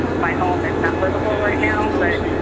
my home is not livable right now. but